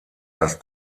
das